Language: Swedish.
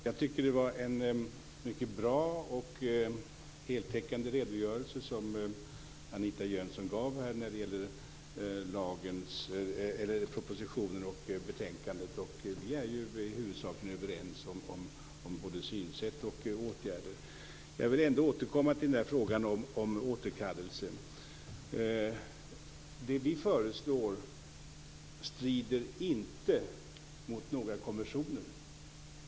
Fru talman! Jag tycker att det var en mycket bra och heltäckande redogörelse som Anita Jönsson gav när det gäller propositionen och betänkandet. Vi är huvudsakligen överens om både synsätt och åtgärder. Jag vill ändå återkomma till frågan om återkallelse. Det vi föreslår strider inte mot några konventioner.